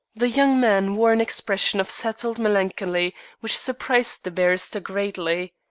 the young man wore an expression of settled melancholy which surprised the barrister greatly.